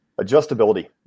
Adjustability